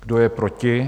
Kdo je proti?